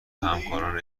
همکاران